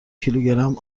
کیلوگرم